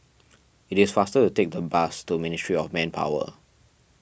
it is faster to take the bus to Ministry of Manpower